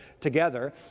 together